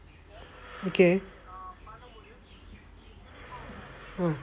okay mm